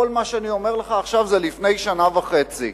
כל מה שאני אומר לך עכשיו זה לפני שנה וחצי.